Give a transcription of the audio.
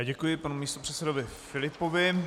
Děkuji panu místopředsedovi Filipovi.